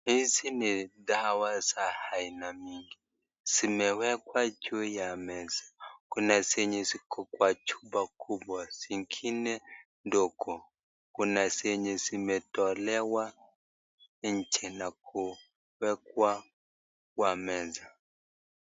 Hizi ni dawa za aina mingi, zimewekwa juu ya meza. Kuna zenye ziko kwa chupa kubwa, zingine ndogo. Kuna zenye zimetolewa nje na kuekwa kwa meza.